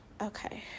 okay